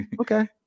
Okay